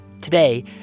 Today